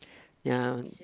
ya